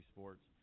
Sports